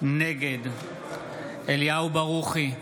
נגד אליהו ברוכי,